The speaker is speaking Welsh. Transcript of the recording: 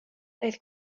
daeth